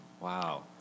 Wow